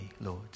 Lord